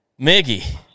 Miggy